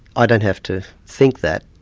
i don't have to think that.